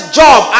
job